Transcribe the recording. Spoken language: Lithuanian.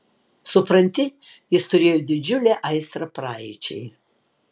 supranti jis turėjo didžiulę aistrą praeičiai